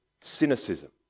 cynicism